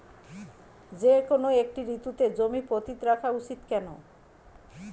যেকোনো একটি ঋতুতে জমি পতিত রাখা উচিৎ কেন?